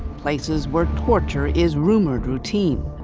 places where torture is rumoured routine.